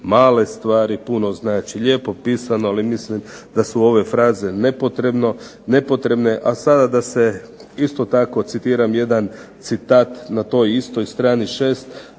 male stvari puno znače. Lijepo pisano, ali mislim da su ove fraze nepotrebne, a sada da se isto tako citiram jedan citat na toj istoj strani šest